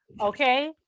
okay